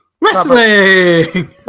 Wrestling